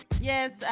Yes